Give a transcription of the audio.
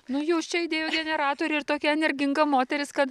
nu jūs čia idėjų generatorė ir tokia energinga moteris kad